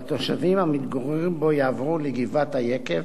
והתושבים המתגוררים בו יעברו לגבעת-היקב,